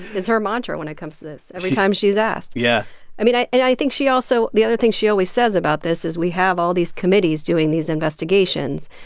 is her mantra when it comes to this every time she's asked yeah i mean, i and i think she also the other thing she always says about this is we have all these committees doing these investigations,